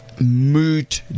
mood